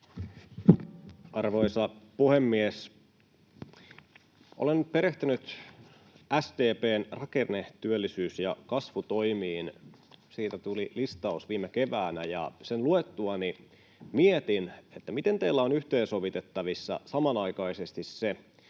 Arvoisa puhemies! Olen perehtynyt SDP:n rakenne-, työllisyys- ja kasvutoimiin, joista tuli listaus viime keväänä, ja sen luettuani mietin, miten teillä on yhteensovitettavissa samanaikaisesti se,